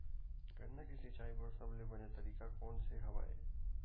गन्ना के सिंचाई बर सबले बने तरीका कोन से हवय?